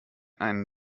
einen